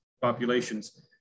populations